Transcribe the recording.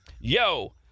yo